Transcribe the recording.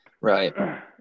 Right